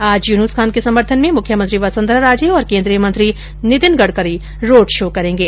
आज यूनुस खान के समर्थन में मुख्यमंत्री वसुंधरा राजे और केन्द्रीय मंत्री नितिन गडकरी रोड शो करेंगे